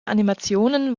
animationen